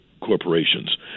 corporations